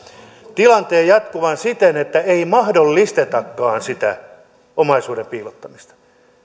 tilanteen jatkuvan siten että ei mahdollistetakaan sitä omaisuuden piilottamista